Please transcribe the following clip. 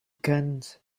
guns